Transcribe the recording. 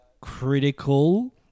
critical